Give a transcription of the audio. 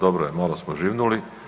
Dobro je, malo smo živnuli.